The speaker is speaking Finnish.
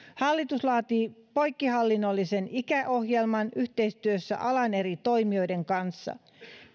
hallitus laatii poikkihallinnollisen ikäohjelman yhteistyössä alan eri toimijoiden kanssa